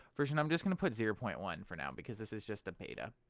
version i'm just going to put zero point one for now because this is just a beta.